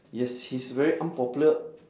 yes he's very unpopular